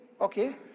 okay